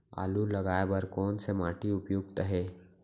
आलू लगाय बर कोन से माटी उपयुक्त हे?